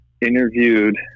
interviewed